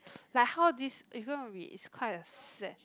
like how this you go and read it's quite a sad